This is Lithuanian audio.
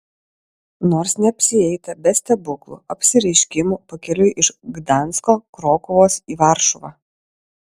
nors neapsieita be stebuklų apsireiškimų pakeliui iš gdansko krokuvos į varšuvą